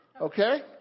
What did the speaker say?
Okay